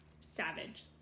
Savage